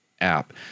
app